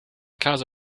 caso